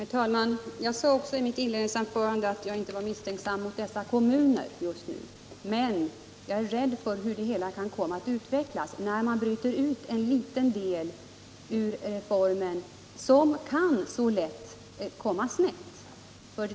Herr talman! Jag sade redan i mitt inledningsanförande att jag inte var misstänksam mot kommunerna i fråga. Men jag är rädd för hur det hela kan komma att utvecklas, när man ur reformen bryter ut en liten del som så lätt kan komma snett.